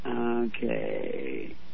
Okay